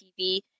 TV